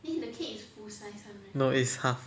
no it's half